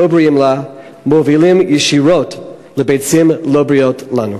בריאים לה מובילה ישירות לביצים לא בריאות לנו.